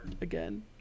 again